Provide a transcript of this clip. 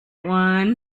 one